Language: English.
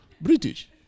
British